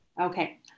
Okay